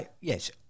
Yes